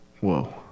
Whoa